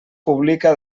publica